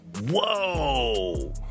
Whoa